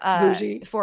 Bougie